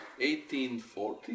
1840